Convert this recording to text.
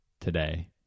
today